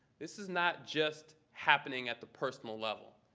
this is not just happening at the personal level.